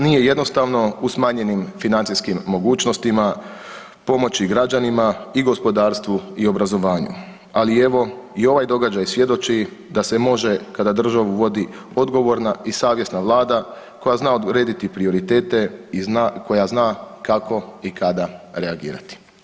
Nije jednostavno u smanjenim financijskim mogućnostima pomoći građanima i gospodarstvu i obrazovanju, ali evo, i ovaj događaj svjedoči da se može kada državu vodi odgovorna i savjesna Vlada koja zna odrediti prioritete i zna, koja zna kako i kada reagirati.